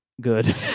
good